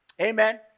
Amen